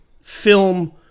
film